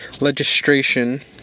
legislation